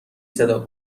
صدا